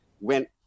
went